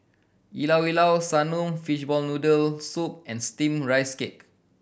Llao Llao Sanum fishball noodle soup and Steamed Rice Cake